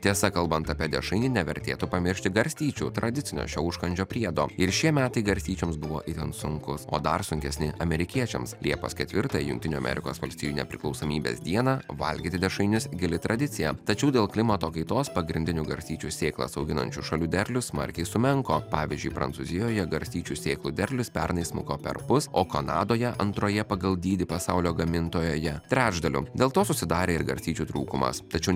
tiesa kalbant apie dešrainį nevertėtų pamiršti garstyčių tradicinio šio užkandžio priedo ir šie metai garstyčioms buvo itin sunkūs o dar sunkesni amerikiečiams liepos ketvirtą jungtinių amerikos valstijų nepriklausomybės dieną valgyti dešrainius gili tradicija tačiau dėl klimato kaitos pagrindinių garstyčių sėklas auginančių šalių derlius smarkiai sumenko pavyzdžiui prancūzijoje garstyčių sėklų derlius pernai smuko perpus o kanadoje antroje pagal dydį pasaulio gamintojoje trečdaliu dėl to susidarė garstyčių trūkumas tačiau